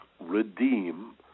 redeem